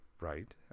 right